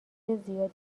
زیادی